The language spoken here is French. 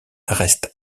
reste